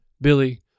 Billy